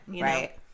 Right